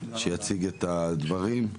שיציג את הדברים.